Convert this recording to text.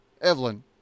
Evelyn